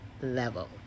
level